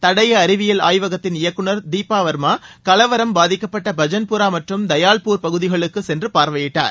தடய அறிவியல் ஆய்வகத்தின் இயக்குநர் தீபா வர்மா கலவரம் பாதிக்கப்பட்ட பஜன்புரா மற்றும் தயாள்பூர் பகுதிகளுக்கு சென்று பார்வையிட்டார்